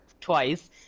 twice